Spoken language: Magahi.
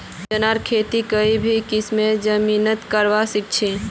चनार खेती कोई भी किस्मेर जमीनत करवा सखछी